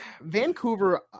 vancouver